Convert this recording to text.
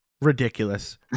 Ridiculous